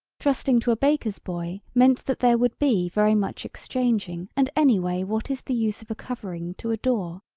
trusting to a baker's boy meant that there would be very much exchanging and anyway what is the use of a covering to a door.